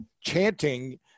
chanting